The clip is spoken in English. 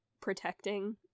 protecting